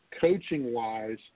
coaching-wise